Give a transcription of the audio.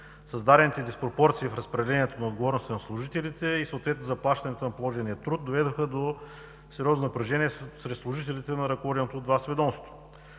Създадените диспропорции в разпределението на отговорностите на служителите и съответно заплащането на положения труд доведоха до сериозно напрежение сред служителите на